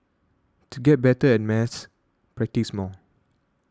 to get better at maths practise more